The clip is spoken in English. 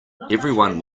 everyone